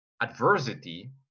adversity